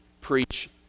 preach